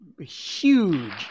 huge